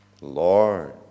Lord